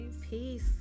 Peace